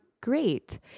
great